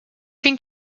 think